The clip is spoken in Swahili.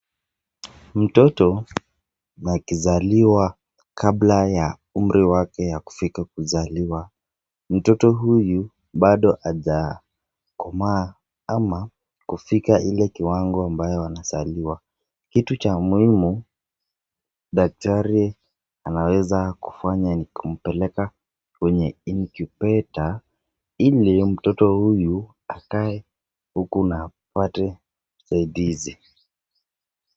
Mtoto akizaliwa kabla ya umri wake ya kufika kuzaliwa, mtoto huyu bado hajakomaa ama kufika ile kiwango ambayo wanazaliwa. Kitu cha muhimu daktari anaweza kufanya, ni kumpeleka kwenye [incubator], ili mtoto huyu akae huku na apate usaidizi.